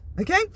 Okay